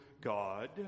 God